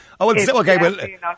Okay